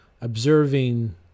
observing